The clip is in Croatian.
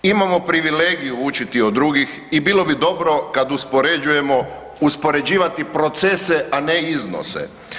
Imamo privilegiju učiti od drugih i bilo bi dobro kada uspoređujemo uspoređivati procese, a ne iznose.